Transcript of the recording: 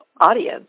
audience